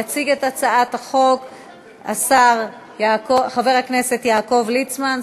יציג את הצעת החוק חבר הכנסת יעקב ליצמן,